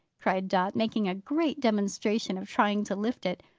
cried dot, making a great demonstration of trying to lift it.